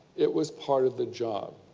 it was part of the job.